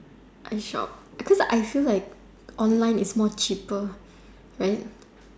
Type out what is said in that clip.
I shop cause I feel like online is more cheaper right